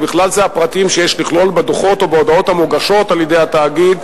ובכלל זה הפרטים שיש לכלול בדוחות או בהודעות המוגשות על-ידי התאגיד